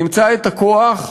נמצא את הכוח,